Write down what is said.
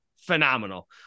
phenomenal